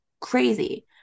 crazy